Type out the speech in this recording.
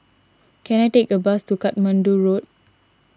can I take a bus to Katmandu Road